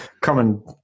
common